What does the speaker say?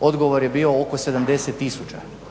odgovor je bio oko 70 tisuća.